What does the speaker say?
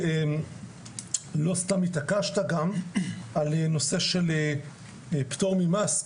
לא סתם התעקשת על פטור ממס,